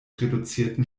reduzierten